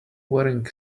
wearing